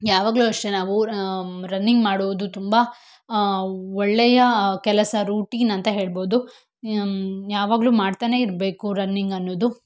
ಯಾವಾಗಲೂ ಅಷ್ಟೆ ನಾವು ರನ್ನಿಂಗ್ ಮಾಡುವುದು ತುಂಬ ಒಳ್ಳೆಯ ಕೆಲಸ ರೂಟೀನ್ ಅಂತ ಹೇಳ್ಬೋದು ಯಾವಾಗಲೂ ಮಾಡ್ತಾನೆ ಇರಬೇಕು ರನ್ನಿಂಗ್ ಅನ್ನೋದು